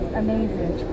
amazing